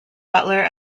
butler